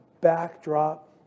backdrop